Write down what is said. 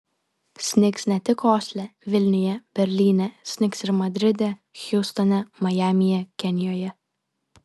snigs ne tik osle vilniuje berlyne snigs ir madride hjustone majamyje kenijoje